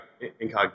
Incognito